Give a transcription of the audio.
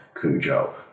Cujo